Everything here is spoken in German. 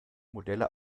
modelle